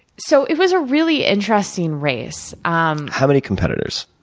so, it was a really interesting race. um how many competitors?